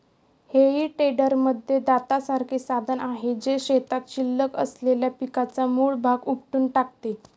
हेई टेडरमध्ये दातासारखे साधन आहे, जे शेतात शिल्लक असलेल्या पिकाचा मूळ भाग उपटून टाकते